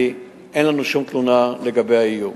כי אין לנו שום תלונה לגבי האיום.